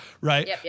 right